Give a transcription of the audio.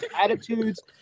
attitudes